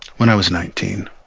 when i was nineteen.